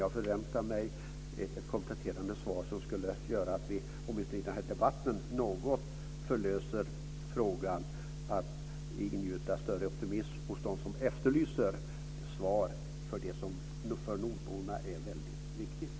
Jag förväntar mig ett kompletterande svar som gör att vi åtminstone i den här debatten något förlöser frågan om att ingjuta större optimism hos dem som efterlyser svar för det som för nordborna är väldigt viktigt.